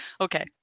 Okay